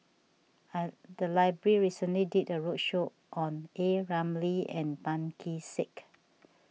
I the library recently did a roadshow on A Ramli and Tan Kee Sek